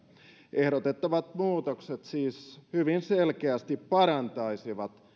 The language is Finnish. ehdotettavat muutokset siis hyvin selkeästi parantaisivat